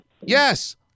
Yes